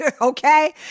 Okay